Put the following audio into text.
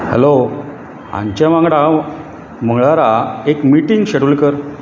hello हाचे वांगडा मंगळारा एक मिटींग शॅड्युल कर